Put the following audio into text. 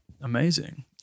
amazing